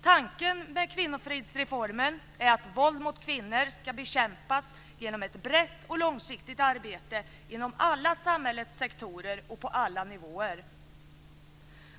Tanken med kvinnofridsreformen är att våld mot kvinnor ska bekämpas genom ett brett och långsiktigt arbete inom alla samhällets sektorer och på alla nivåer.